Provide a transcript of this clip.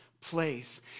place